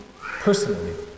personally